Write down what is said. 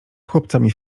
chłopcami